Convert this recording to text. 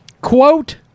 Quote